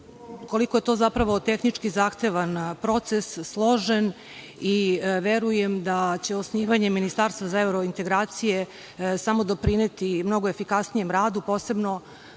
koliko je to zapravo tehnički zahtevan proces, složen i verujem da će osnivanje ministarstva za evrointegracije samo doprineti mnogo efikasnijem radu, posebno